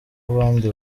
abandi